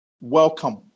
welcome